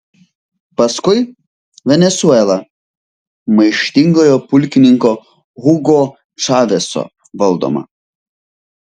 paskui venesuela maištingojo pulkininko hugo čaveso valdoma